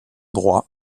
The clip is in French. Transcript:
droit